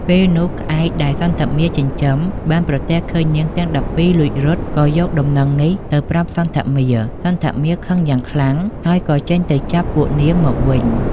ពេលនោះក្អែកដែលសន្ធមារចិញ្ចឹមបានប្រទះឃើញនាងទាំង១២លួចរត់ ក៏យកដំណឹងនេះទៅប្រាប់សន្ធមារ សន្ធមារខឹងយ៉ាងខ្លាំង ហើយក៏ចេញទៅចាប់ពួកនាងមកវិញ។